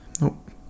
Nope